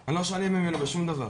אני לא שונה ממנו בשום דבר.